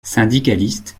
syndicaliste